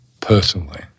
personally